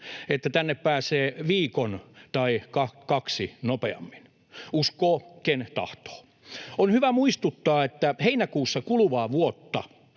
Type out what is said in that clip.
että tänne pääsee viikon tai kaksi nopeammin? Uskoo ken tahtoo. On hyvä muistuttaa, että heinäkuussa kuluvaa vuotta